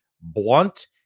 blunt